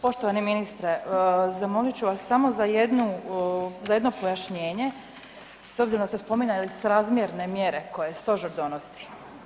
Poštovani ministre, zamolit ću vas samo za jedno pojašnjenje s obzirom da ste spominjali srazmjerne mjere koje Stožer donosi.